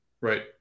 Right